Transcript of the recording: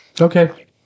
Okay